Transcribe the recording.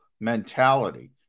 Mentality